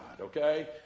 okay